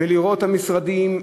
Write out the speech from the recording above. ולראות את המשרדים,